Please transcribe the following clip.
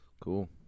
Cool